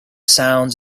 sounds